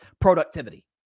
productivity